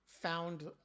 found